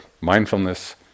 mindfulness